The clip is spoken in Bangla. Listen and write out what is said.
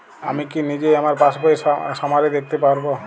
আমি কি নিজেই আমার পাসবইয়ের সামারি দেখতে পারব?